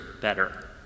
better